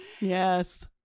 yes